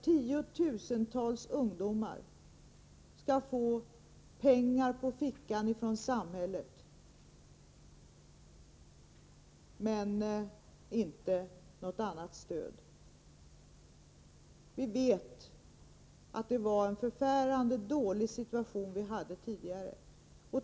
Tiotusentals ungdomar skulle få pengar på fickan från samhället men inte något annat stöd. Vi vet att det var en förfärande dålig situation som rådde tidigare.